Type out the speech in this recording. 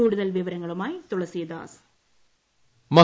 കൂടുതൽ വിവരങ്ങളുമായി തുളസീദാസ്